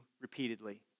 repeatedly